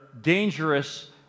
dangerous